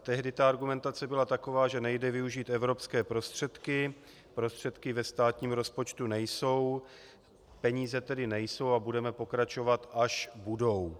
Tehdy ta argumentace byla taková, že nejde využít evropské prostředky, prostředky ve státním rozpočtu nejsou, peníze tedy nejsou a budeme pokračovat, až budou.